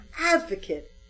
advocate